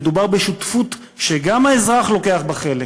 מדובר בשותפות שגם האזרח לוקח בה חלק,